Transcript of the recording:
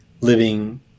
living